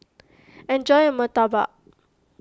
enjoy your Murtabak